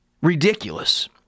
Ridiculous